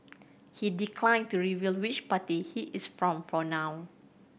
he declined to reveal which party he is from for now